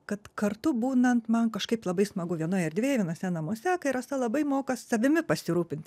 kad kartu būnant man kažkaip labai smagu vienoj erdvėj vienuose namuose rasa labai moka savimi pasirūpint